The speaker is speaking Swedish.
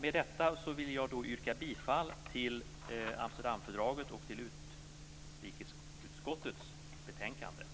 Med detta vill jag yrka bifall till hemställan i utrikesutskottets betänkande och därmed till Amsterdamfördraget.